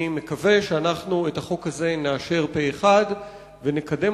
אני מקווה שאת החוק הזה נאשר פה אחד ונקדם